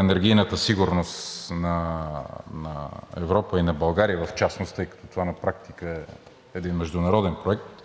енергийната сигурност на Европа и на България в частност, тъй като на практика това е един международен проект,